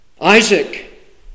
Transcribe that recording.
Isaac